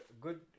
good